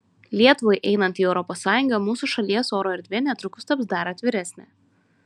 lietuvai einant į europos sąjungą mūsų šalies oro erdvė netrukus taps dar atviresnė